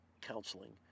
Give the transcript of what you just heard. counseling